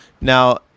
Now